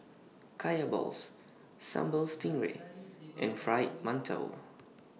Kaya Balls Sambal Stingray and Fried mantou